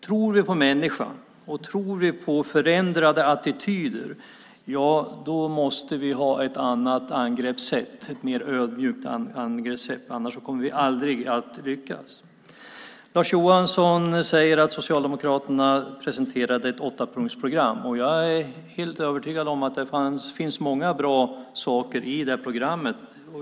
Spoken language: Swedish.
Om vi tror på människan och på förändrade attityder måste vi ha ett mer ödmjukt angreppssätt, annars kommer vi aldrig att lyckas. Lars Johansson säger att Socialdemokraterna presenterade ett åttapunktsprogram. Jag är helt övertygad om att det finns många bra saker i det programmet.